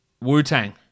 Wu-Tang